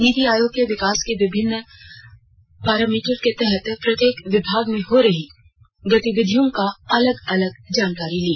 नीति आयोग के विकास के विभिन्न पारा मीटर के तहत प्रत्येक विभागों में हो रही गतिविधियों की अलग अलग जानकारी ली